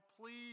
Please